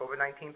COVID-19